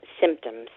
symptoms